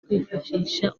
kwifashisha